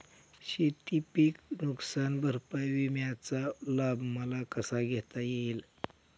शेतीपीक नुकसान भरपाई विम्याचा लाभ मला कसा घेता येईल?